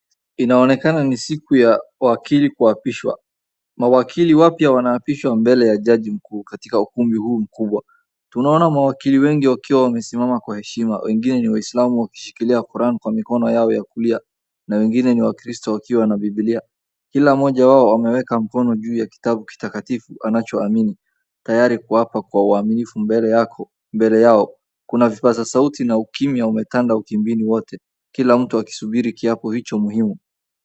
Inaonekana ni siku ya mawakili kuapishwa. Mawakili wapya wanaapishwa mbele ya jaji mkuu katika ukumbi huu mkubwa. Tunaona mawakili wengi wakiwa wamesimama kwa heshima. Wengine ni Waislamu wakishikilia Korani kwa mikono yao ya kulia na wengine ni Wakristo wakiwa na Biblia. Kila mmoja wao ameweka mkono juu ya kitabu kitakatifu anachoamini tayari kuapa kwa uaminifu mbele yao. Mbele yao kuna vipasa sauti na ukimya umetanda ukumbini wote. Kila mtu akisubiri kiapo hicho muhimu.